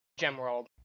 Gemworld